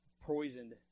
poisoned